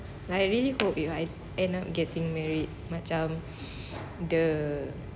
like I really hope if I end up getting married macam the